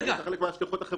זה חלק מהשליחות החברתית שלהם.